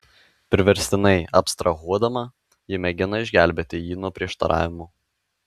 priverstinai abstrahuodama ji mėgina išgelbėti jį nuo prieštaravimų